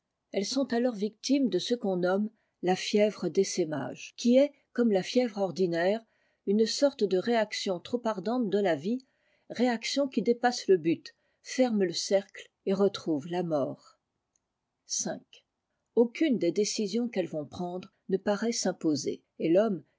elles sont alors victimes de ce qu'on nomme f la fièvre d'essaimage qui est comme la fièvre ordinaire une sorte de réaction trop ardente de la vie réaction qui dépasse le but ferme le cercle et retrouve la mort aucune des décisions qu'elles vont prendre ne paraît s'imposer et l'homme